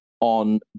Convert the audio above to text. on